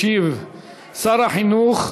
ישיב שר החינוך.